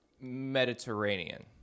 Mediterranean